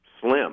slim